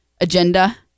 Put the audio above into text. agenda